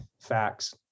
facts